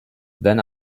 then